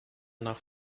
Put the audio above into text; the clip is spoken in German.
nach